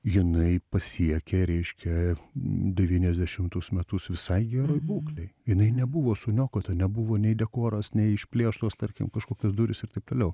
jinai pasiekė reiškia devyniasdešimtus metus visai geroj būklėj jinai nebuvo suniokota nebuvo nei dekoras neišplėštos tarkim kažkokios durys ir taip toliau